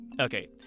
Okay